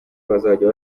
bazajya